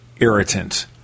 irritant